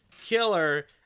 killer